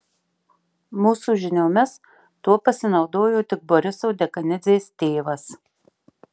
mūsų žiniomis tuo pasinaudojo tik boriso dekanidzės tėvas